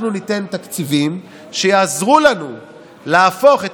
אנחנו ניתן תקציבים שיעזרו לנו להפוך את